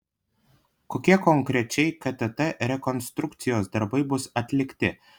kokie konkrečiai ktt rekonstrukcijos darbai bus atlikti